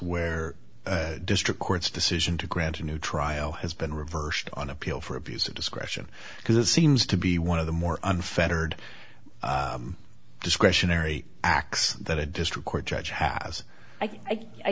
where district court's decision to grant a new trial has been reversed on appeal for abuse of discretion because it seems to be one of the more unfettered discretionary acts that a district court judge has i